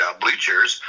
bleachers